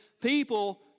people